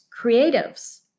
creatives